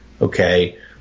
okay